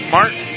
Martin